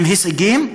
עם הישגים,